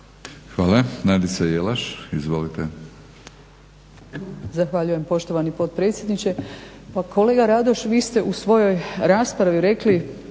Replika Nadica Jelaš, izvolite.